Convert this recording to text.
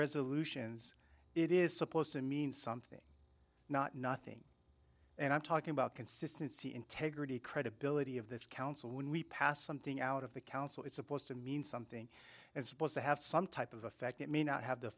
resolutions it is supposed to mean something not nothing and i'm talking about consistency integrity credibility of this council when we pass something out of the council it's supposed to mean something and supposed to have some type of effect it may not have the